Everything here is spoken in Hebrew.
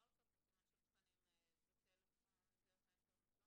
אפשר לעשות חסימה של תכנים בטלפון דרך האינטרנט,